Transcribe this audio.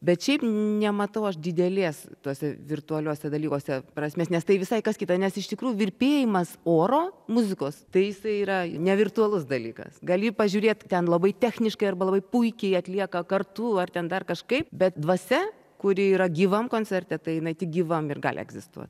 bet šiaip nematau aš didelės tuose virtualiuose dalykuose prasmės nes tai visai kas kita nes iš tikrųjų virpėjimas oro muzikos tai isai yra ne virtualus dalykas gali pažiūrėt ten labai techniškai arba labai puikiai atlieka kartu ar ten dar kažkaip bet dvasia kuri yra gyvam koncerte tai jinai tik gyvam ir gali egzistuot